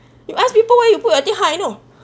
you ask people where you put your thing how I know